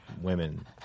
women